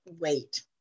wait